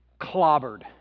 clobbered